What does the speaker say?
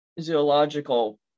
zoological